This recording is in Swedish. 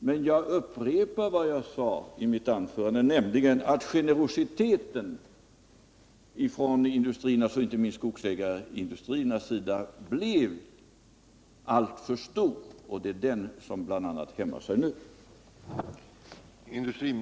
Men jag vill upprepa vad jag sade i mitt anförande, nämligen att generositeten från industriernas och inte minst skogsägarindustriernas sida blev alltför stor, och det är bl.a. den som verkar nu.